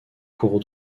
cours